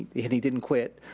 he didn't quit.